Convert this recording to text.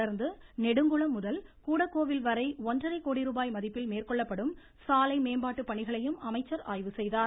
தொடர்ந்து நெடுங்குளம் முதல் கூடக்கோவில் வரை ஒன்றரை கோடி ரூபாய் மதிப்பில் மேற்கொள்ளப்படும் சாலை மேம்பாட்டு பணிகளையும் அமைச்சர் செய்தார்